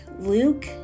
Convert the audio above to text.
Luke